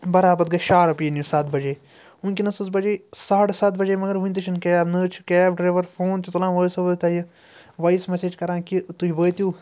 برابر گژھہِ شارٕپ ینۍ یہِ سَتھ بَجے وُنٛکیٚس حظ بَجے ساڈٕ سَتھ بَجے مَگر وُنہِ تہِ چھَنہٕ کیب نَہ حظ چھُ کیب ڈرٛایور فون تہِ تُلان ووٚں حظ چھِ سو بہٕ تۄہہِ یہِ وایِس مسیج کران کہِ تُہۍ وٲتِو